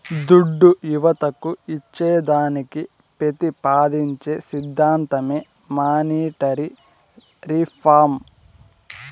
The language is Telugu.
దుడ్డు యువతకు ఇచ్చేదానికి పెతిపాదించే సిద్ధాంతమే మానీటరీ రిఫార్మ్